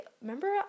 remember